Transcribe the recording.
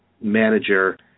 manager